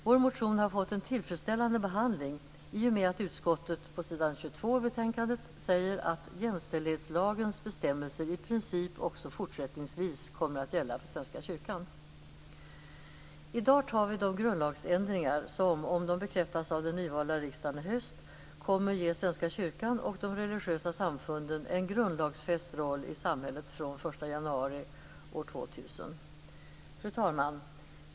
Vår motion har fått en tillfredsställande behandling i och med att utskottet på s. 22 i betänkandet säger att jämställdhetslagens bestämmelser i princip också fortsättningsvis kommer att gälla för I dag tar vi de grundlagsändringar som, om de bekräftas av den nyvalda riksdagen i höst, kommer att ge Svenska kyrkan och de religiösa samfunden en grundlagsfäst roll i samhället fr.o.m. den 1 januari år Fru talman!